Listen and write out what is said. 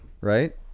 right